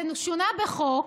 זה שונה בחוק,